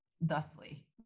thusly